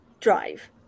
drive